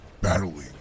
battling